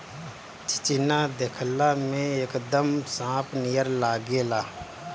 चिचिना देखला में एकदम सांप नियर लागेला